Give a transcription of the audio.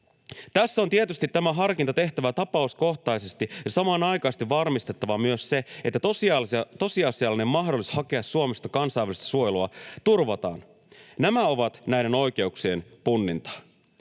”Tässä on tietysti tämä harkinta tehtävä tapauskohtaisesti ja samanaikaisesti varmistettava myös se, että tosiasiallinen mahdollisuus hakea Suomesta kansainvälistä suojelua turvataan. Nämä ovat näiden oikeuksien punnintaa.”